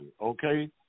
okay